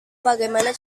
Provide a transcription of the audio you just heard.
bagaimana